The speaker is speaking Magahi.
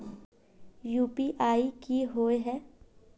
यु.पी.आई की होय है?